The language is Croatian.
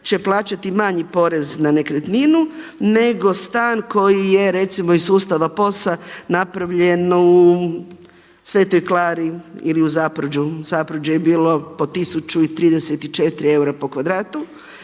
će plaćati manji porez na nekretninu nego stan koji je recimo iz sustava POS-a napravljen u Svetoj Klari ili u Zapruđu. Zapruđe je bilo po 1034 eura po kvadratu.